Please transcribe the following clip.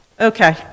Okay